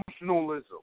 emotionalism